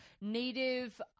Native